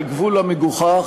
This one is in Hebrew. על גבול המגוחך,